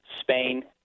Spain